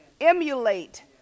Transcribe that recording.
emulate